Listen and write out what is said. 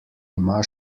ima